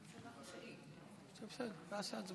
בבקשה, עד שלוש דקות